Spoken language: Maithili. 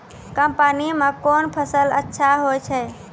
कम पानी म कोन फसल अच्छाहोय छै?